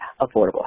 affordable